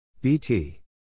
bt